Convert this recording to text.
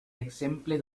exemple